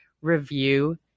review